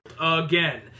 again